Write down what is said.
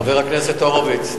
חבר הכנסת הורוביץ,